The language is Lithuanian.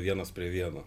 vienas prie vieno